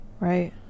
Right